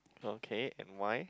okay and why